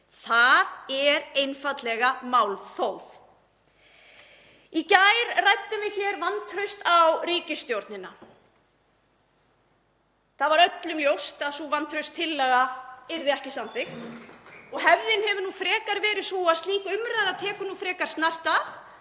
Það er einfaldlega málþóf. Í gær ræddum við hér vantraust á ríkisstjórnina. Það var öllum ljóst að sú vantrauststillaga yrði ekki samþykkt og hefðin hefur frekar verið sú að slík umræða tekur frekar snart af,